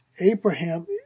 abraham